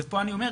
ופה אני אומר,